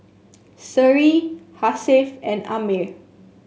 Seri Hasif and Ammir